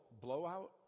blowout